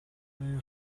vawlei